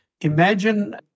imagine